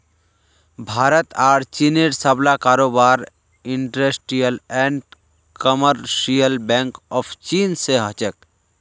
भारत आर चीनेर सबला कारोबार industrial and commercial bank of China स हो छेक